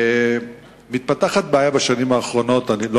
מתפתחת בשנים האחרונות בעיה,